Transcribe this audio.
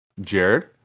jared